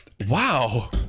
wow